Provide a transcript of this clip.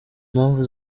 impamvu